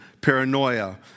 paranoia